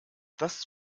das